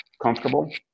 comfortable